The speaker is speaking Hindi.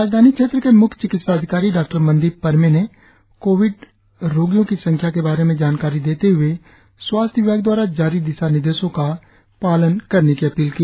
राजधानी क्षेत्र के म्ख्य चिकित्सा अधिकारी डॉ मनदीप परमे ने कोविड रोगियों की संख्या के बारे में जानकारी देते ह्ए स्वास्थ्य विभाग द्वारा जारी दिशानिर्देशों का पालन करने की अपील की